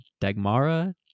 Dagmara